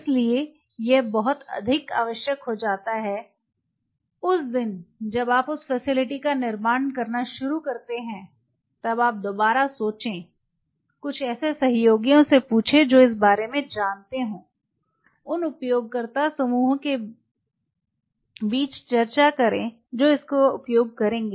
इसीलिए यह बहुत अधिक आवश्यक हो जाता है उस दिन जब आप उस फैसिलिटी का निर्माण करना शुरू करते हैं तब आप दोबारा सोचें कुछ ऐसे सहयोगियों से पूछें जो इस बारे में जानते हैं उन उपयोगकर्ता समूह के बीच चर्चा करें जो इसका उपयोग करेंगे